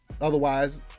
Otherwise